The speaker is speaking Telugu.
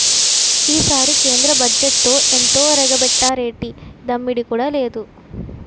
ఈసారి కేంద్ర బజ్జెట్లో ఎంతొరగబెట్టేరేటి దమ్మిడీ కూడా లేదు